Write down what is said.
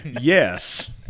Yes